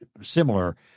similar